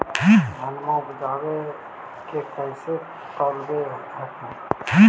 धनमा उपजाके कैसे तौलब हखिन?